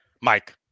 Mike